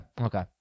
Okay